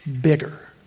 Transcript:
bigger